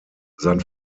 sein